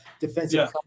defensive